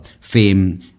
fame